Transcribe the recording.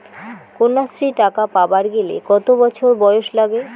কন্যাশ্রী টাকা পাবার গেলে কতো বছর বয়স লাগে?